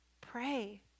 Pray